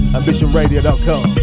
ambitionradio.com